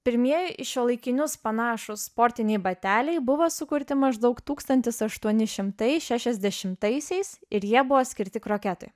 pirmieji į šiuolaikinius panašūs sportiniai bateliai buvo sukurti maždaug tūkstantis aštuoni šimtai šešiasdešimtaisiais ir jie buvo skirti kroketui